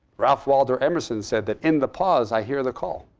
ralph waldo emerson said that in the pause, i hear the call,